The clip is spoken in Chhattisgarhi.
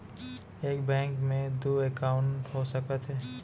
एक बैंक में दू एकाउंट हो सकत हे?